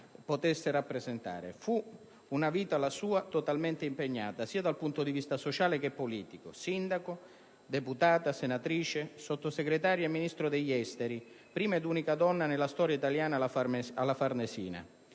potesse rappresentare. Fu una vita, la sua, totalmente impegnata, sia dal punto di vista sociale che politico: sindaco, deputata, senatrice, Sottosegretaria e Ministro degli affari esteri, prima ed unica donna nella storia italiana al vertice